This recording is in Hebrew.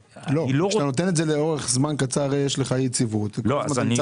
כשאתה נותן לאורך זמן קצר יש יציבות --- אני אומר